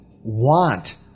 want